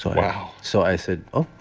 wow so i said, oh,